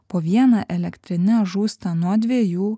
po viena elektrine žūsta nuo dviejų